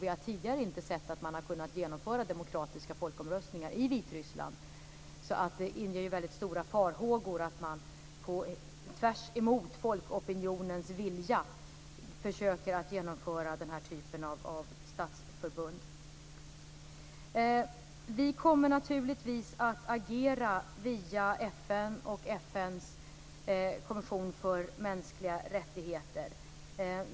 Vi har tidigare inte sett att man har kunnat genomföra demokratiska folkomröstningar i Vitryssland, och det inger därför väldigt stora farhågor att man tvärtemot folkopinionens vilja försöker att genomföra den här typen av statsförbund. Vi kommer naturligtvis att agera via FN och FN:s kommission för mänskliga rättigheter.